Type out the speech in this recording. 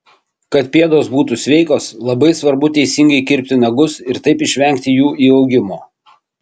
kad pėdos būtų sveikos labai svarbu teisingai kirpti nagus ir taip išvengti jų įaugimo